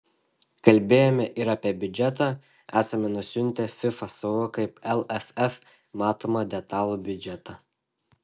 kalbėjome ir apie biudžetą esame nusiuntę fifa savo kaip lff matomą detalų biudžetą